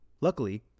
Luckily